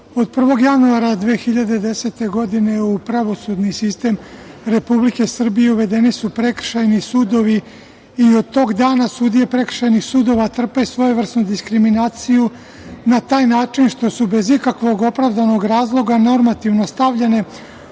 od 1. januara 2010. godine u pravosudni sistem Republike Srbije uvedeni su prekršajni sudovi i od tog dana sudije prekršajnih sudova trpe svojevrsnu diskriminaciju, na toj način što su bez ikakvog opravdanog razloga normativno stavljene u